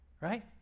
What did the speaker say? right